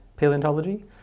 paleontology